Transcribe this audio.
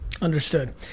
Understood